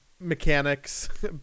mechanics